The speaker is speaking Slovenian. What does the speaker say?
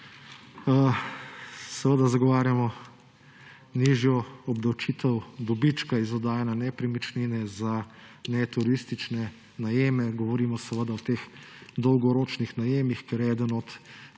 Zagovarjamo nižjo obdavčitev dobička iz oddajanja nepremičnine za neturistične najeme. Govorimo seveda o dolgoročnih najemih, kjer ena od